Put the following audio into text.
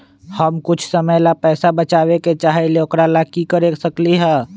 हम कुछ समय ला पैसा बचाबे के चाहईले ओकरा ला की कर सकली ह?